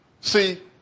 See